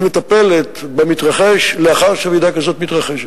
היא מטפלת במתרחש לאחר שרעידה כזאת מתרחשת.